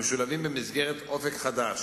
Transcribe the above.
המשולבים במסגרת "אופק חדש".